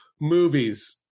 movies